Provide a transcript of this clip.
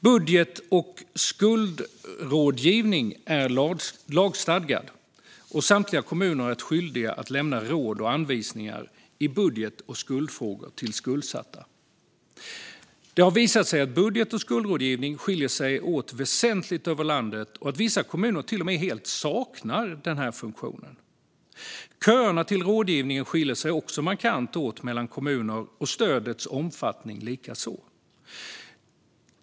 Budget och skuldrådgivning är lagstadgad, och samtliga kommuner är skyldiga att lämna råd och anvisningar i budget och skuldfrågor till skuldsatta. Det har visat sig att budget och skuldrådgivningen skiljer sig åt väsentligt över landet och att vissa kommuner till och med helt saknar denna funktion. Köerna till rådgivningen skiljer sig också markant åt mellan kommuner, och stödets omfattning likaså.